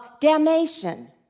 damnation